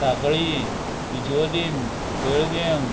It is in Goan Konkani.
सांकळी बिजोलीम वेळगेंम